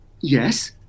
Yes